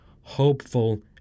hopeful